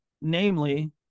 namely